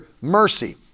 mercy